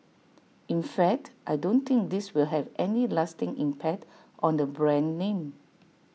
in fact I don't think this will have any lasting impact on the brand name